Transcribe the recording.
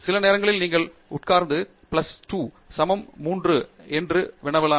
சில நேரங்களில் நீங்கள் உட்கார்ந்து 1 பிளஸ் 2 சமம் 3 என்று வினவலாம்